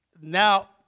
Now